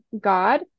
God